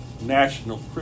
national